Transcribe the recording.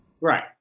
Right